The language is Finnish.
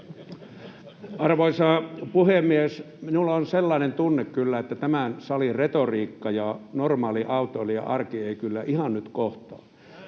Arvoisa puhemies! Minulla on sellainen tunne, että tämän salin retoriikka ja normaalin autoilijan arki eivät kyllä ihan nyt kohtaa.